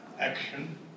action